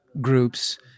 groups